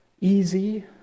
easy